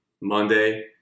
Monday